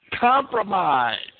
compromise